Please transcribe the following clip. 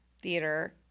theater